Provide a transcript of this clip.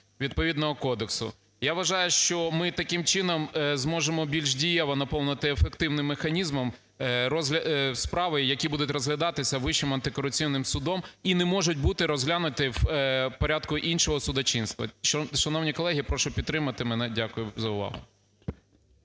відповідного кодексу. Я вважаю, що ми таким чином зможемо більш дієво наповнити ефективним механізмом справи, які будуть розглядатися Вищим антикорупційним судом і не можуть бути розглянути в порядку іншого судочинства. Шановні колеги, я прошу підтримати мене. Дякую за увагу.